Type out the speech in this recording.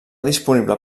disponible